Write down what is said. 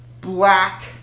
Black